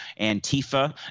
Antifa